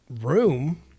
room